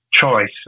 Choice